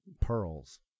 pearls